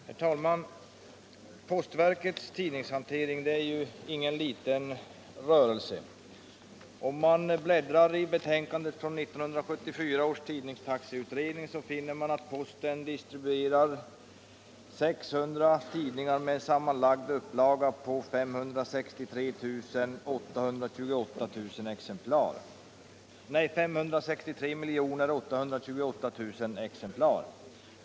Herr talman! Postverkets tidningshantering är ingen liten rörelse. Om man bläddrar i betänkandet från 1974 års tidningstaxeutredning finner man att posten distribuerar 600 tidningar med en sammanlagd upplaga på 563 828 000 exemplar.